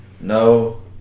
No